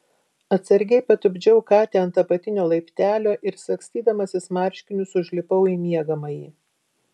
atsargiai patupdžiau katę ant apatinio laiptelio ir sagstydamasis marškinius užlipau į miegamąjį